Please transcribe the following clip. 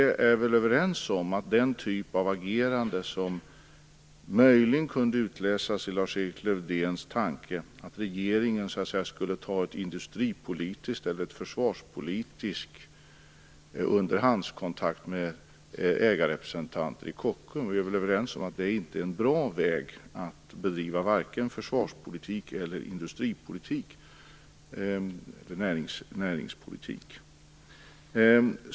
Vi är väl överens om att den typ av agerande som möjligen kunde utläsas i Lars-Erik Lövdéns tanke - att regeringen skulle ta industri eller försvarspolitisk underhandskontakt med ägarrepresentanter i Kockums - inte är någon bra väg att bedriva vare sig försvars-, industrieller näringspolitik.